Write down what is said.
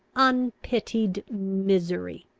unpitied misery!